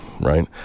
right